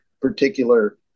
particular